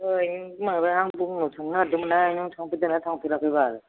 ओइ माबा आं बङाइगाव थांनो नागेरदोंमोनहाय नों थांफेरदोंना थांफेराखैबाल